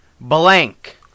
Blank